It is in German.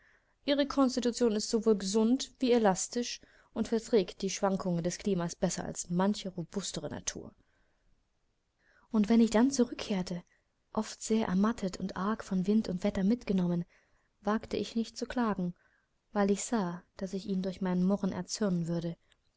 ihre konstitution ist sowohl gesund wie elastisch und verträgt die schwankungen des klimas besser als manche robustere natur und wenn ich dann zurückkehrte oft sehr ermattet und arg von wind und wetter mitgenommen wagte ich nicht zu klagen weil ich sah daß ich ihn durch mein murren erzürnen würde